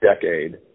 decade